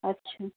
اچھا